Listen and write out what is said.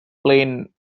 plane